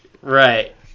Right